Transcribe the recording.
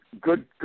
good